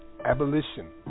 Abolition